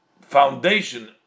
foundation